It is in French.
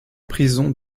prison